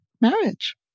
marriage